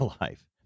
life